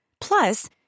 Plus